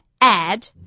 add